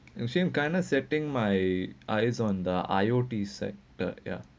actually kind of setting my eyes on the I_O_T sector